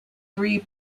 three